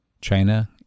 China